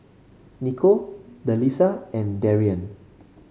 Niko Delisa and Darrien